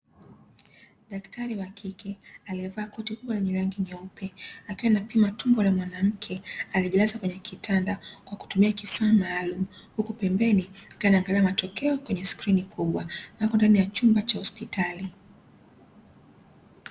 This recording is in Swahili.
Daktari wa kike, aliyevaa koti kubwa lenye rangi nyeupe, akiwa anapima tumbo la mwanamke aliyejilaza kwenye kitanda kwa kutumia kifaa maalumu, huku pembeni akiwa anaangalia matokeo kwenye skrini kubwa. Wako ndani ya chumba cha hospitali.